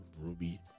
ruby